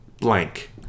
blank